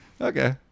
okay